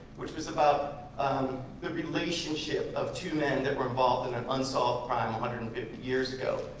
which was about the relationship of two men that were involved in an unsolved crime one hundred and fifty years ago.